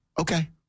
Okay